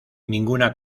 ninguna